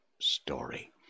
story